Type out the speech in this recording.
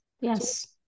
yes